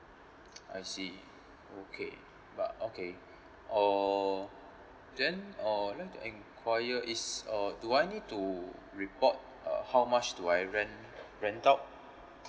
I see okay but okay uh then uh I'd like to enquire is uh do I need to report uh how much do I rent rent out